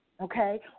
okay